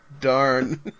darn